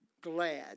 glad